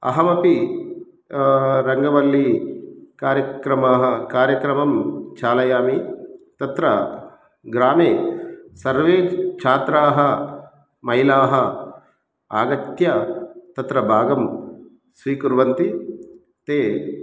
अहमपि रङ्गवल्ली कार्यक्रमाः कार्यक्रमं चालयामि तत्र ग्रामे सर्वे छात्राः महिलाः आगत्य तत्र भागं स्वीकुर्वन्ति ते